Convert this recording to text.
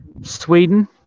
Sweden